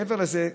מעבר לזה,